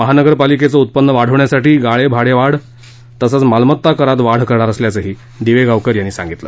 महानगरपालिकेचं उत्पन्न वाढवण्यासाठी गाळे भाडे वाढ तसचं मालमत्ता करात वाढ करणार असल्याचं दिवेगावकर यांनी सांगितलं